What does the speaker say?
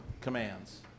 commands